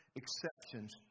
exceptions